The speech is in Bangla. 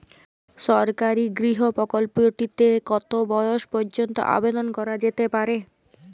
সরকারি গৃহ প্রকল্পটি তে কত বয়স পর্যন্ত আবেদন করা যেতে পারে?